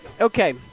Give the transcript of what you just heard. Okay